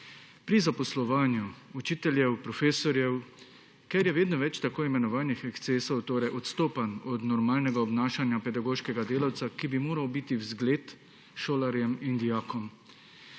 pri zaposlovanju učiteljev, profesorjev, ker je vedno več tako imenovanih ekscesov, torej odstopanj od normalnega obnašanja pedagoškega delavca, ki bi moral biti vzgled šolarjem in dijakom.